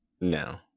no